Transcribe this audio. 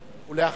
ואחריו,